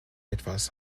etwas